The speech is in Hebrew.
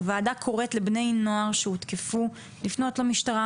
הוועדה קוראת לבני נוער שהותקפו לפנות למשטרה